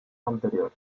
anterior